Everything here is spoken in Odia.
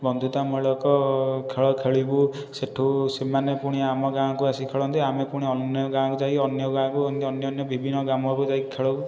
ବନ୍ଧୁତାମୂଳକ ଖେଳ ଖେଳିବୁ ସେ'ଠୁ ସେମାନେ ପୁଣି ଆମ ଗାଁକୁ ଆସି ଖେଳନ୍ତି ଆମେ ପୁଣି ଅନ୍ୟ ଗାଁକୁ ଯାଇ ଅନ୍ୟ ଗାଁକୁ ଅନ୍ୟ ଅନ୍ୟ ବିଭିନ୍ନ ଗ୍ରାମକୁ ଯାଇ ଖେଳୁ